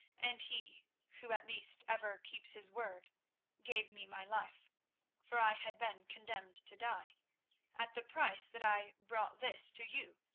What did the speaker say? and he who at least ever keeps his word gave me my life for i had been condemned to die at the price that i brought this to you,